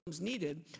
needed